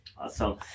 Awesome